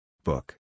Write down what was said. Book